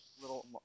little